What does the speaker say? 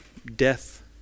Death